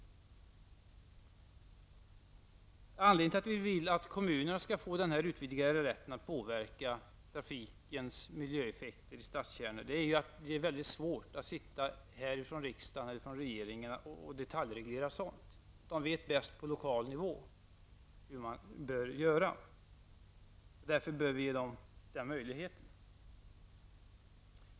Anledningen till att vi vill att kommunerna skall få denna utvidgade rätt att påverka trafikens miljöeffekter i stadskärnorna är att det är svårt för riksdagen eller regeringen att detaljreglera sådant. Man vet bäst på lokal nivå hur man bör göra. Därför bör vi ge kommunerna den möjligheten.